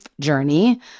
journey